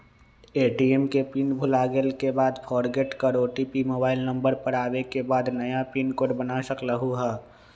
ATM के pin भुलागेल के बाद फोरगेट कर ओ.टी.पी मोबाइल नंबर पर आवे के बाद नया पिन कोड बना सकलहु ह?